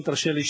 אם תרשה לי,